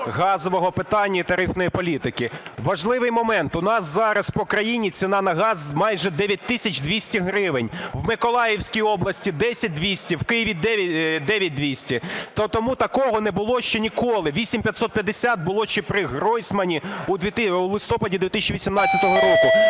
газового питання і тарифної політики. Важливий момент, у нас зараз по країні ціна на газ майже 9 тисяч 200 гривень. В Миколаївській області – 10200, в Києві – 9200. Тому такого не було ще ніколи. 8550 було ще при Гройсмані у листопаді 2018 року.